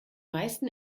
meisten